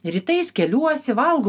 rytais keliuosi valgau